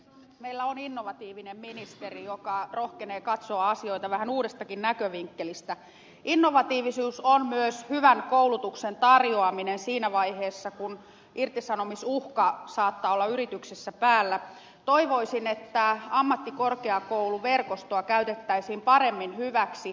meillä on innovatiivinen ministeri joka rohkenee katsoa asioita vähän uudestakin näkövinkkelistä innovatiivisuus on myös hyvän koulutuksen tarjoaminen siinä vaiheessa kun irtisanomisuhka saattaa olla yrityksessä päällä toivoisin että ammattikorkeakouluverkostoa käytettäisiin paremmin hyväksi